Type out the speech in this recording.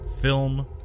film